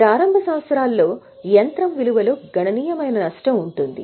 ప్రారంభ సంవత్సరాల్లో యంత్రము విలువలో గణనీయమైన నష్టం ఉంటుంది